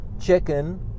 chicken